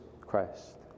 Christ